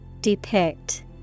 Depict